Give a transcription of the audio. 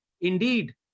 Indeed